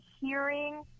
hearing